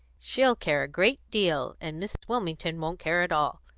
she'll care a great deal, and mrs. wilmington won't care at all.